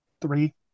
three